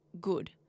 good